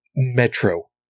metro